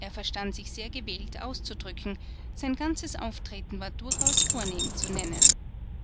er verstand sich sehr gewählt auszudrücken sein ganzes auftreten war durchaus vornehm zu nennen